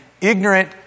ignorant